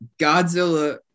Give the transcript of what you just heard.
Godzilla